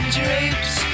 drapes